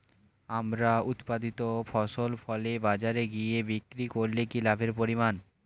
আমার উৎপাদিত ফসল ফলে বাজারে গিয়ে বিক্রি করলে কি লাভের পরিমাণ?